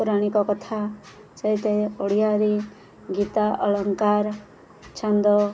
ପୌରାଣିକ କଥା ସେତ ଓଡ଼ିଆରେ ଗୀତା ଅଳଙ୍କାର ଛନ୍ଦ